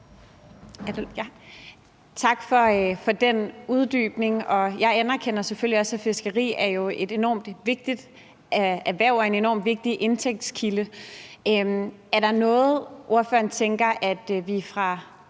Tak for den uddybning, og jeg anerkender selvfølgelig også, at fiskeri er et enormt vigtigt erhverv og en enormt vigtig indtægtskilde. Er der noget, ordføreren tænker at vi herfra